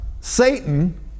Satan